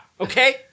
Okay